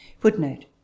Footnote